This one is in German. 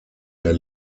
der